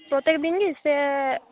ᱯᱨᱛᱛᱮᱠ ᱫᱤᱱ ᱜᱮ ᱥᱮ